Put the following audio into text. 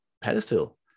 pedestal